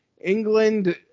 England